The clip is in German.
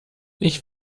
ich